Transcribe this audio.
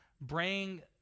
bring